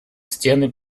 стены